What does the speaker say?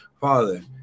Father